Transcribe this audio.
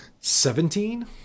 Seventeen